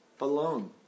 alone